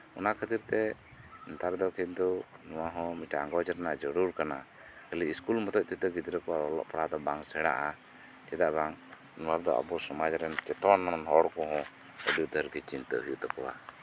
ᱚᱱᱟ ᱠᱷᱟᱹᱛᱤᱨ ᱛᱮ ᱱᱮᱛᱟᱨ ᱫᱚ ᱠᱤᱱᱛᱩ ᱚᱱᱟ ᱦᱚᱸ ᱟᱸᱜᱚᱡᱽ ᱨᱮᱱᱟᱜ ᱡᱟᱹᱨᱩᱲ ᱠᱟᱱᱟ ᱠᱷᱟᱹᱞᱤ ᱤᱥᱠᱩᱞ ᱢᱚᱛᱚᱡ ᱠᱟᱛᱮ ᱜᱤᱫᱽᱨᱟᱹ ᱫᱚ ᱚᱞᱚᱜ ᱯᱟᱲᱦᱟᱜ ᱫᱚ ᱵᱟᱝ ᱥᱮᱬᱟᱜᱼᱟ ᱪᱮᱫᱟᱜ ᱵᱟᱝ ᱱᱚᱣᱟ ᱫᱚ ᱟᱵᱚ ᱥᱚᱢᱟᱡᱽ ᱨᱮᱱ ᱪᱮᱛᱚᱱᱟᱱ ᱦᱚᱲ ᱠᱚᱦᱚᱸ ᱟᱹᱰᱤ ᱩᱛᱟᱹᱨ ᱜᱮ ᱪᱤᱱᱛᱟᱹ ᱦᱚᱸ ᱦᱩᱭᱩᱜ ᱛᱟᱠᱚᱣᱟ